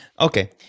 okay